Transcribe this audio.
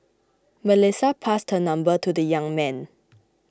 Melissa passed her number to the young man